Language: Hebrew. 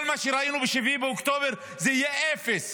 כל מה שראינו ב-7 באוקטובר זה יהיה אפס